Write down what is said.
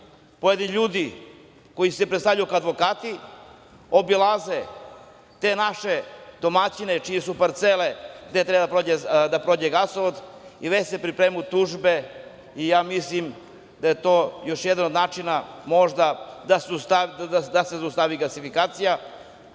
pojedini ljudi koji se predstavljaju kao advokati, obilaze te naše domaćine koji imaju parcele gde treba da prođe gasovod i već se pripremaju tužbe. Ja mislim da je to još jedan od načina da se zaustavi gasifikacija,